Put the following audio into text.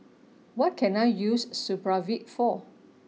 what can I use Supravit for